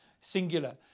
singular